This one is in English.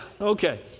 okay